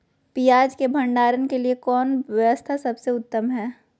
पियाज़ के भंडारण के लिए कौन व्यवस्था सबसे उत्तम है?